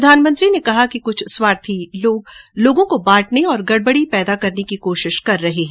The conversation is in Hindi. प्रधानमंत्री ने कहा है कि कुछ स्वार्थी तत्व लोगों को बांटने और गड़बड़ी पैदा करने की कोशिश कर रहे हैं